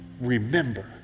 remember